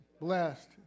blessed